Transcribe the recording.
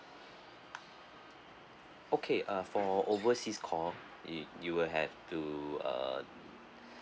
okay uh for overseas call it you will have to uh